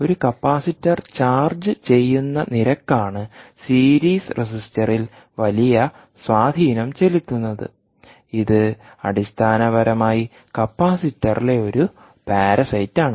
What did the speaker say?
അതിനാൽ ഒരു capacitor charge ചെയ്യുന്ന നിരക്കാണ് സീരീസ് റെസിസ്റ്ററിൽ വലിയ സ്വാധീനം ചെലുത്തുന്നത് ഇത് അടിസ്ഥാനപരമായി കപ്പാസിറ്ററിലെ ഒരു പാരാസൈറ്റാണ്